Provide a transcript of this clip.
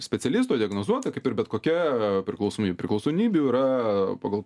specialisto diagnozuota kaip ir bet kokia priklausomy priklausomybių yra pagal